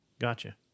Gotcha